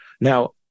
Now